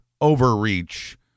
overreach